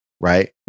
Right